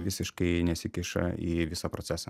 visiškai nesikiša į visą procesą